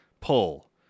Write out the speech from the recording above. pull